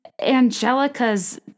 Angelica's